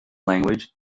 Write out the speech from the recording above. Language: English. language